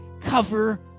cover